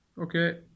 Okay